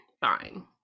fine